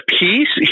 peace